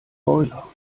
boiler